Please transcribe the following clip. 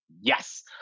Yes